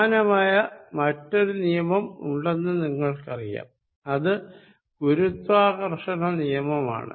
സമാനമായ മറ്റൊരു നിയമം ഉണ്ടെന്നു നിങ്ങൾക്കറിയാം അത് ഗുരുത്വകർഷണനിയമമാണ്